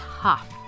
tough